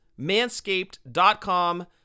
Manscaped.com